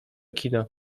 kina